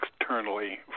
externally